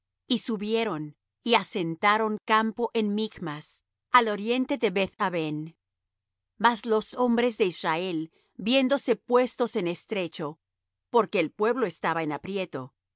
y subieron y asentaron campo en michmas al oriente de beth aven mas los hombres de israel viéndose puestos en estrecho porque el pueblo estaba en